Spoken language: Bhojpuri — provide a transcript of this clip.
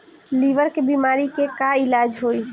लीवर के बीमारी के का इलाज होई?